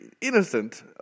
innocent